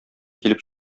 килеп